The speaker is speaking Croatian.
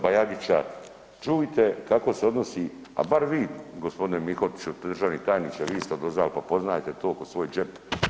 Bajagića, čujte kako se odnosi, a bar vi gospodine Mihotiću, državni tajniče vi ste odozal pa poznajete to ko svoj džep.